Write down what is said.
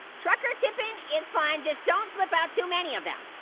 tractor tippin' is fine. just don't flip out too many of them.